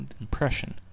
impression